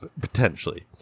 Potentially